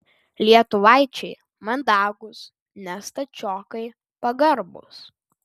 lietuvaičiai mandagūs ne stačiokai pagarbūs